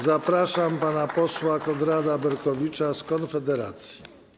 Zapraszam pana posła Konrada Berkowicza z Konfederacji.